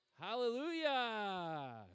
Hallelujah